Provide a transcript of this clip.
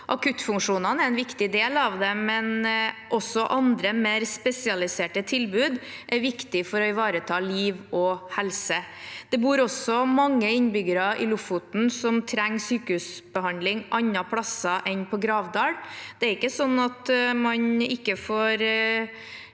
Akuttfunksjonene er en viktig del av det, men også andre, mer spesialiserte tilbud er viktige for å ivareta liv og helse. Det bor også mange innbyggere i Lofoten som trenger sykehusbehandling andre plasser enn på Gravdal.